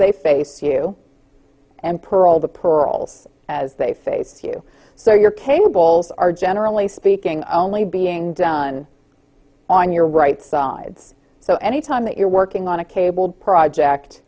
they face you and pearl the pearls as they face you so your cables are generally speaking only being done on your right sides so any time that you're working on a cabled project